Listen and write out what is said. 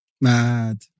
Mad